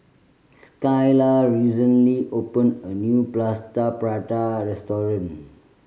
Skylar recently opened a new Plaster Prata restaurant